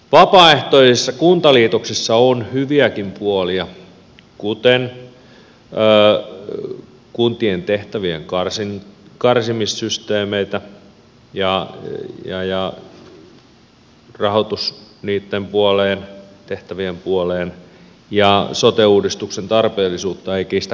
vapaaehtoisissa kuntaliitoksissa on hyviäkin puolia kuten kuntien tehtävien karsimissysteemeitä ja rahoitus tehtävien puoleen ja sote uudistuksen tarpeellisuutta ei kiistä kukaan